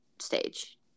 stage